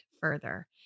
further